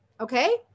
Okay